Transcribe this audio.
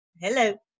Hello